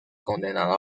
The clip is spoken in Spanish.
condenado